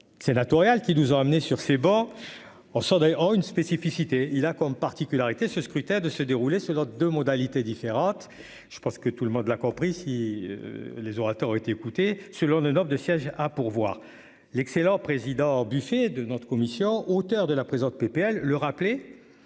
Sénatoriales qui nous ont amenés sur ces bancs. On sort d'ailleurs une spécificité, il a comme particularités ce scrutin de se dérouler sur leurs 2 modalités différentes. Je pense que tout le monde l'a compris, si les orateurs été écouté selon le nombre de sièges à pourvoir l'excellent président buffet de notre commission, auteur de la présente PPL le rappeler.